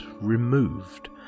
removed